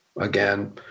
Again